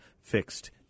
fixed